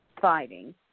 fighting